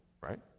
right